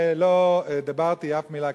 לא דיברתי אף מלה כזאת,